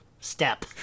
step